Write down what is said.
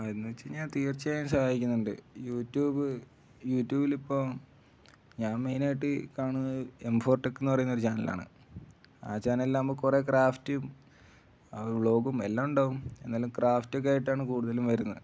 എന്നുവച്ചു ഞാൻ തീർച്ചയായും സഹായിക്കുന്നുണ്ട് യൂ ട്യൂബ് യൂ ട്യൂബിലിപ്പോള് ഞാൻ മെയിനായിട്ട് കാണുന്നത് എം ഫോർട്ടെക്കെന്നു പറയുന്ന ഒരു ചാനലാണ് ആ ചാനലിലാവുമ്പോള് കുറേ ക്രാഫ്റ്റും വ്ളോഗും എല്ലാം ഉണ്ടാവും എന്നാലും ക്രാഫ്റ്റൊക്കെ ആയിട്ടാണു കൂടുതലും വരുന്നത്